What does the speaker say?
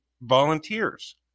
volunteers